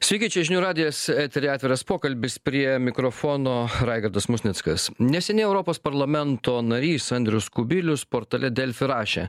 sveiki čia žinių radijas eteryje atviras pokalbis prie mikrofono raigardas musnickas neseniai europos parlamento narys andrius kubilius portale delfi rašė